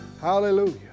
Hallelujah